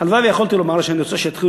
הלוואי שיכולתי לומר שאני רוצה שיתחילו